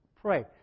pray